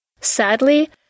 Sadly